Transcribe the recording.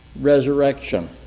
resurrection